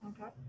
Okay